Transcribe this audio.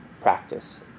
practice